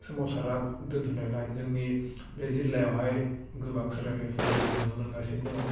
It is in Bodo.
सोमावसारा दोनथ'नायलाय जोंनि बे जिल्लायावहाय गोबां सोलायनायफोर जों नुनो मोनगासिनो दङ